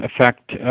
affect